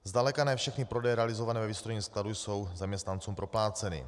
Zdaleka ne všechny prodeje realizované ve výstrojním skladu jsou zaměstnancům propláceny.